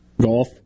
Golf